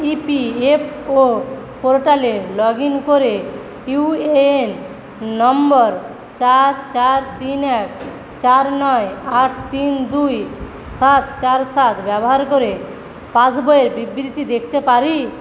EPFO পোর্টালে log in করে UAN number চার চার তিন এক চার নয় আট তিন দুই সাত চার সাত ব্যবহার করে পাসবইয়ের বিবৃতি দেখতে পারি